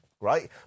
right